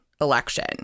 election